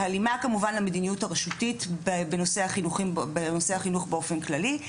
בהלימה כמובן למדיניות הרשותית בנושא החינוך באופן כללי.